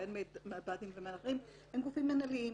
בין אם ממב"דים ומאחרים הם גופים מינהליים,